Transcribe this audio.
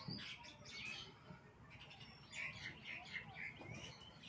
अगर हम एक साल बोल के ऋण लालिये ते हमरा एक साल में ही वापस करले पड़ते?